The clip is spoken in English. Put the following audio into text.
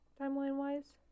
timeline-wise